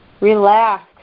relax